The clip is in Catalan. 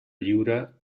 lliure